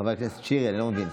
חבר הכנסת שירי, אני לא מבין.